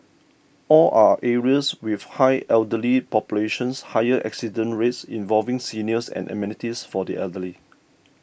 all are areas with high elderly populations higher accident rates involving seniors and amenities for the elderly